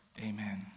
amen